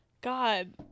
God